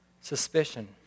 Suspicion